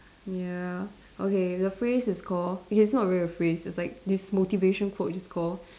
ya okay the phrase is call okay it's not really a phrase it's like this motivation quote is call